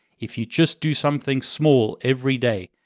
if you just do something small every day,